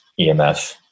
EMF